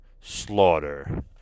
Slaughter